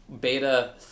beta